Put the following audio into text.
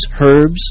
herbs